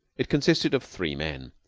it consisted of three men,